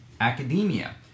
academia